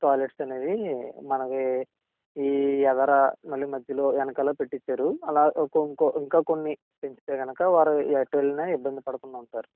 toilets అనేవి మనవి ఈ ఎదురు మళ్ళీ మధ్యలో వెనకాల పెట్టించారు అలా ఇంకొన్ని ఇంకా కొన్ని పెంచితే కనుక వారు ఎటు వెళ్ళినా ఇబ్బంది పడకుండా ఉంటారు